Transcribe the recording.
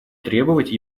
требовать